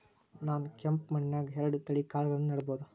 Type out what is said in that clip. ನಾನ್ ಕೆಂಪ್ ಮಣ್ಣನ್ಯಾಗ್ ಎರಡ್ ತಳಿ ಕಾಳ್ಗಳನ್ನು ನೆಡಬೋದ?